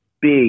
big